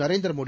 Narendra Modi